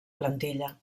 plantilla